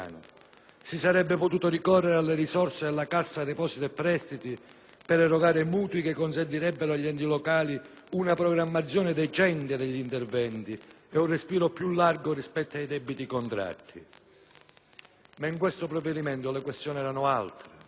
si sarebbe potuto ricorrere alle risorse della Cassa depositi e prestiti per erogare mutui che consentirebbero agli enti locali una programmazione decente degli interventi e un respiro più largo rispetto ai debiti contratti. Ma in questo provvedimento le questioni erano altre.